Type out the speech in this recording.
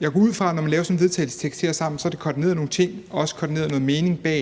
jeg går ud fra, at når man laver sådan en vedtagelsestekst sammen, så er der koordineret nogle ting, og der er også koordineret nogle holdninger bag